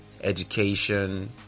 education